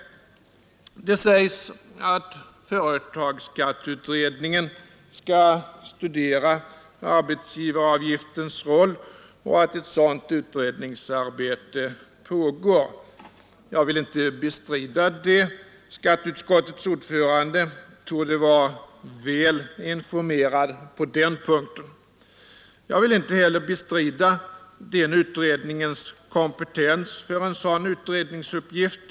Det sägs att företagsskatteberedningen skall studera arbetsgivaravgiftens roll och att ett sådant utredningsarbete pågår. Jag vill inte bestrida detta. Skatteutskottets ordförande torde vara väl informerad på den punkten. Inte heller vill jag bestrida den utredningens kompetens för en sådan utredningsuppgift.